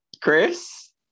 Chris